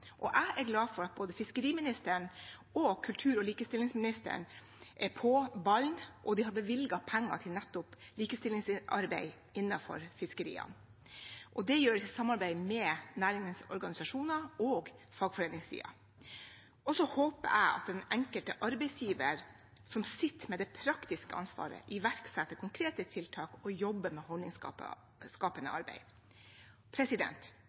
Jeg er glad for at både fiskeriministeren og kultur- og likestillingsministeren er på ballen, og at de har bevilget penger til nettopp likestillingsarbeid innenfor fiskeriene. Det gjøres i samarbeid med næringens organisasjoner og fagforeningssiden. Og så håper jeg at den enkelte arbeidsgiver, som sitter med det praktiske ansvaret, iverksetter konkrete tiltak og jobber med